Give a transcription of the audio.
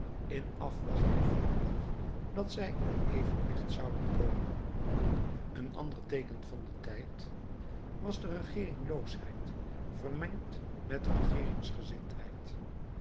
in afwachting van den dag dat zij in evenwicht zouden komen een ander teeken van den tijd was de regeeringloosheid vermengd met